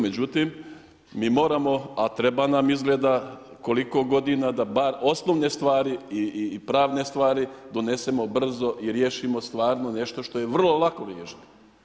Međutim, mi moramo, a treba nam izgleda koliko godina da bar osnovne stvari i pravne stvari donesemo brzo i riješimo stvarno nešto što je vrlo lako riješiti.